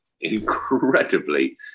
Incredibly